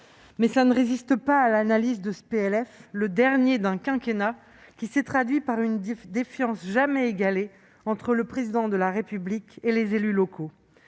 vous-même ne résiste pas à l'analyse de ce PLF, le dernier d'un quinquennat marqué par une défiance inégalée entre le Président de la République et les élus locaux.